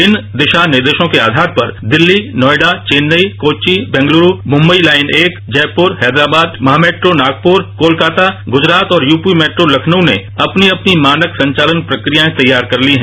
इन दिशा निर्देशों के आवार पर दिर्ल्ली नोएडा चेन्नई कोच्चि बेंगलुरू मुंबई लाइन एक जयपुर हैदराबाद महा मेट्रो नागपुर कोलकाता गुजरात और यूपी मेट्रो लखनऊ ने अपनी अपनी मानक संचालन प्रक्रियाएं तैयार कर ती हैं